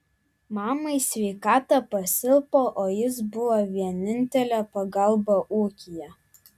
mamai sveikata pasilpo o jis buvo vienintelė pagalba ūkyje